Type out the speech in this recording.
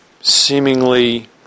seemingly